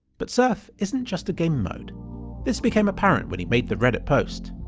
but surf isn't just a gamemode. this became apparent when he made the reddit post.